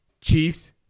Chiefs